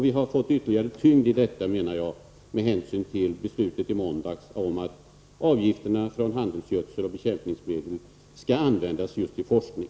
Vi har fått ytterligare tyngd i detta krav genom beslutet i måndags om att avgifterna från handelsgödsel och bekämpningsmedel skall användas just till forskning.